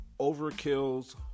overkill's